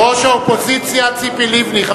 ראש האופוזיציה ציפי לבני.